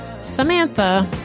Samantha